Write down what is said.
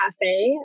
cafe